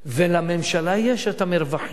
לממשלה יש מרווחים,